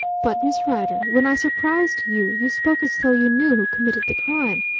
but, miss rider, when i surprised you, you spoke as though you knew who committed the crime.